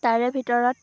তাৰে ভিতৰত